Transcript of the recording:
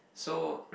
so